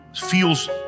feels